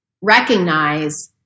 recognize